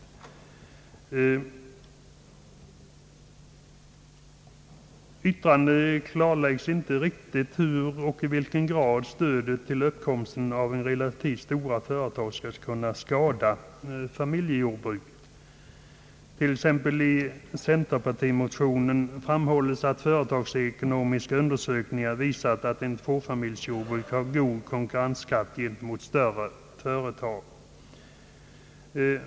I yttrandet klarläggs inte riktigt hur och i vilken grad stödet för att möjliggöra uppkomsten av relativt stora företag skall kunna skada familjejordbruk. I centerpartimotionen framhålls exempelvis att företagsekonomiska undersökningar har visat att tvåfamiljsjordbrukare har god konkurrensförmåga gentemot större företag.